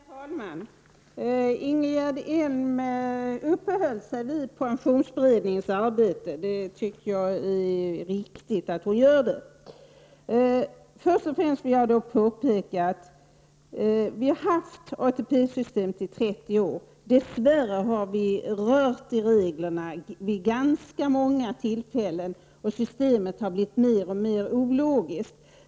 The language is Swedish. Herr talman! Ingegerd Elm uppehöll sig vid pensionsberedningens arbete, och det är riktigt att göra det. Först och främst vill jag påpeka att vi har haft ATP-systemet i 30 år. Dess värre har vi rört i reglerna vid ganska många tillfällen. Systemet har därför blivit alltmer ologiskt.